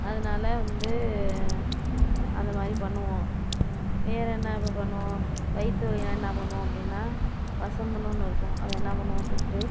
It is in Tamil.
அதனால் வந்து அந்த மாதிரி பண்ணுவோம் வேறே என்ன இப்போ பண்ணுவோம் வயிற்று வலினா என்ன பண்ணுவோம் அப்படினால் வசம்புன்னு ஒன்று இருக்கும் அதை என்ன பண்ணுவோம் சுட்டு